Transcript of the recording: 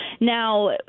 Now